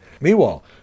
Meanwhile